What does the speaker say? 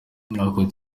ariko